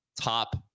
top